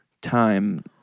time